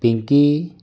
Pinky